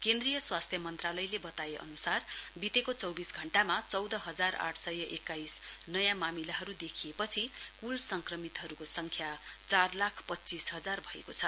केन्द्रीय स्वास्थ्य मन्त्रालयले बताए अन्सार वितेको चौबिस घण्टामा चौध हजार आठ सय एक्काइस नयाँ मामिलाहरू देखिएपछि कुल संक्रमितहरूको संख्या चार लाख पञ्चीस हजार भएको छ